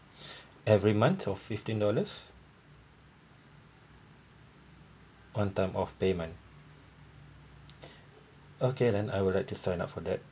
every month of fifteen dollars one time of payment okay then I would like to sign up for that